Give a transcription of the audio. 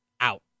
out